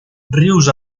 rius